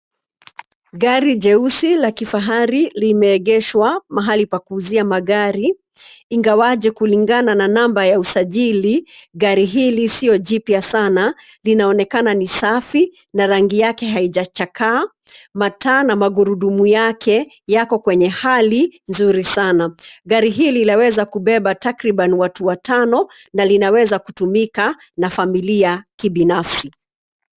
Gari jeusi la kifahari limeegeshwa mahali pa kuuzia magari ingawaje kulingana na namba ya usajili gari hili sio jipya sana linaonekana ni safi na rangi yake haijachaka. Mataa na magurudumu yake yako kwenye hali nzuri sana. Gari hili laweza kubeba takriban watu watano na lina wanaweza kutumika na familia kibinafsi.